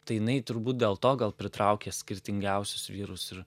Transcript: tai jinai turbūt dėl to gal pritraukia skirtingiausius vyrus ir